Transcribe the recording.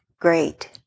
great